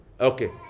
Okay